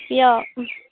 इयाव